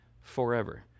forever